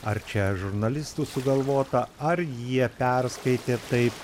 ar čia žurnalistų sugalvota ar jie perskaitė taip